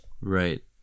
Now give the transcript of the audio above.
Right